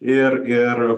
ir ir